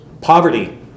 poverty